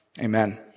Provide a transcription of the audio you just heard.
Amen